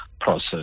process